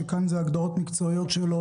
ואלה הגדרות מקצועיות שלו.